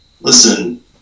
Listen